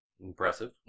impressive